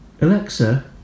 Alexa